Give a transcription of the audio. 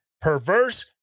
perverse